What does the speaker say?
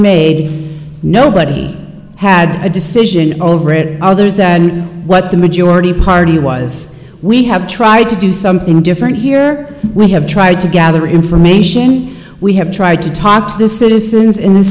made nobody had a decision over it other than what the majority party was we have tried to do something different here we have tried to gather information we have tried to topps the citizens in th